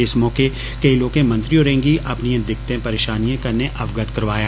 इस मौकें केईं लोकें मंत्री होरें गी अपनियें दिक्कते परेषानियें कन्नै अवगत करोआया